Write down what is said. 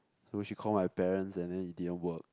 so she call my parents and then it didn't work